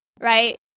right